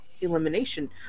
elimination